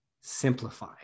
simplify